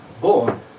born